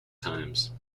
times